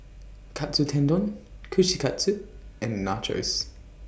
Katsu Tendon Kushikatsu and Nachos